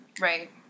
Right